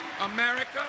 America